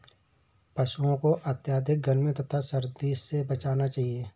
पशूओं को अत्यधिक गर्मी तथा सर्दी से बचाना चाहिए